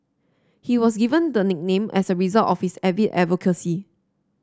he was given the nickname as a result of his avid advocacy